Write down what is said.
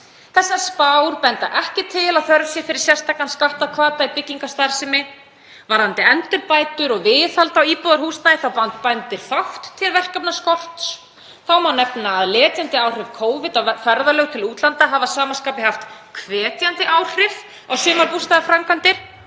Þessar spár benda ekki til að þörf sé fyrir sérstakan skattahvata í byggingarstarfsemi. Varðandi endurbætur og viðhald íbúðarhúsnæðis þá bendir fátt til verkefnaskorts. […] Þá má nefna að letjandi áhrif Covid á ferðalög til útlanda hafa að sama skapi haft hvetjandi áhrif á sumarbústaðaframkvæmdir